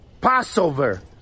passover